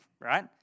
right